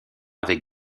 avec